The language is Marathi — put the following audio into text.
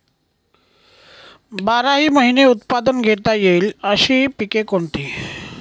बाराही महिने उत्पादन घेता येईल अशी पिके कोणती?